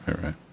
right